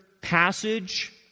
passage